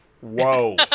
Whoa